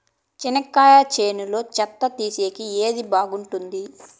చెనక్కాయ చేనులో చెత్త తీసేకి ఏది బాగుంటుంది?